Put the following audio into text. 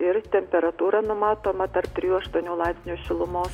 ir temperatūra numatoma tarp trijų aštuonių laipsnių šilumos